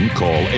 call